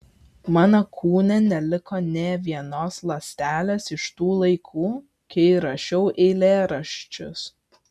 mano kūne neliko nė vienos ląstelės iš tų laikų kai rašiau eilėraščius